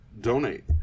donate